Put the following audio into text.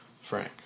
Frank